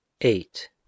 eight